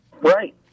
Right